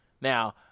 Now